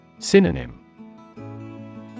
Synonym